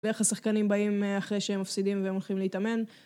ואיך השחקנים באים אחרי שהם מפסידים והם הולכים להתאמן